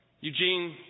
Eugene